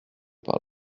par